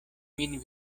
min